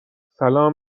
سلام